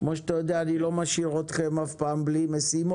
כמו שאתה יודע אני לא משאיר אתכם אף פעם בלי משימות.